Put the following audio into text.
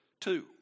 Two